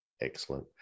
Excellent